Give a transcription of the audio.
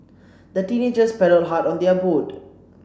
the teenagers paddled hard on their boat